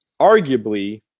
arguably